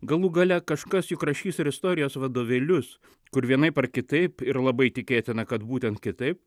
galų gale kažkas juk rašys ir istorijos vadovėlius kur vienaip ar kitaip ir labai tikėtina kad būtent kitaip